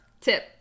tip